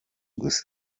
gusa